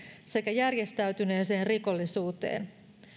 sekä järjestäytyneeseen rikollisuuteen